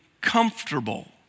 comfortable